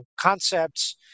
concepts